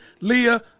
Leah